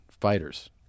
fighters